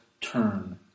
turn